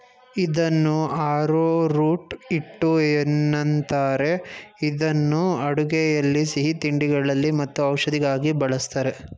ಇದನ್ನು ಆರೋರೂಟ್ ಹಿಟ್ಟು ಏನಂತಾರೆ ಇದನ್ನು ಅಡುಗೆಯಲ್ಲಿ ಸಿಹಿತಿಂಡಿಗಳಲ್ಲಿ ಮತ್ತು ಔಷಧಿಗಾಗಿ ಬಳ್ಸತ್ತರೆ